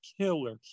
killer